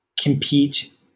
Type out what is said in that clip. compete